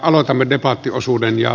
aloitamme debattiosuuden